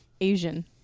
Asian